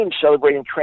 celebrating